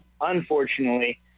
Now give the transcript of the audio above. unfortunately